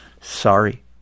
Sorry